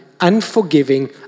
unforgiving